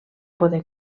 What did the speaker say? poder